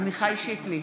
עמיחי שיקלי,